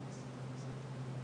ספציפי,